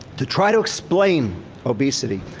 to try to explain obesity,